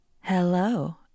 Hello